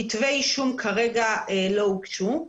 כתבי אישום, כרגע לא הוגשו.